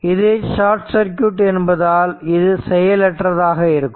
இது short circuit என்பதால் இது செயல் அற்றதாக இருக்கும்